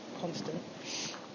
constant